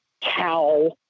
cow